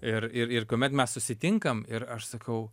ir ir ir kuomet mes susitinkam ir aš sakau